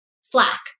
slack